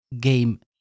game